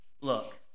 look